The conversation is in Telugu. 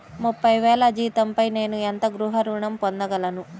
ముప్పై వేల జీతంపై నేను ఎంత గృహ ఋణం పొందగలను?